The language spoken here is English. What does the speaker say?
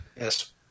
Yes